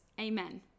Amen